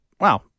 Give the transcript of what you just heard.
wow